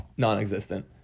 Non-existent